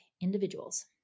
individuals